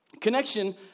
Connection